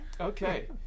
Okay